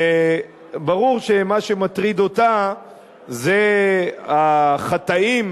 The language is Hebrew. וברור שמה שמטריד אותה זה ה"חטאים",